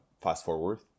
fast-forward